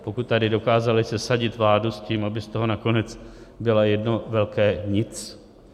Pokud tady dokázali sesadit vládu s tím, aby z toho nakonec bylo jedno velké nic.